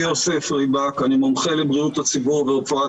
אני מומחה לבריאות הציבור ורפואה